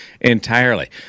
entirely